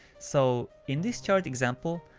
so in this chart example,